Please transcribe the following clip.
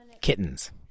kittens